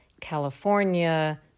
California